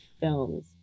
films